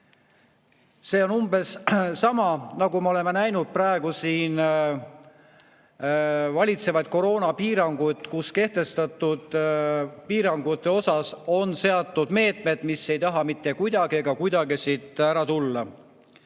See on umbes sama, nagu me oleme näinud praegu valitsevate koroonapiirangute puhul, kui kehtestatud piirangutega on seatud meetmed, mis ei taha mitte kuidagi ega kuidagi ära minna,